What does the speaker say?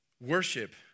worship